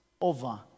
over